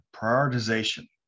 prioritization